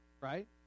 right